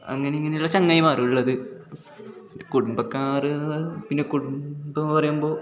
അങ്ങനെ അങ്ങിനേ ഉള്ള ചങ്ങാതിമാരുള്ളത് കുടുംബക്കാർ പിന്നെ കുടുംബം എന്ന് പറയുമ്പോൾ